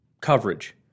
coverage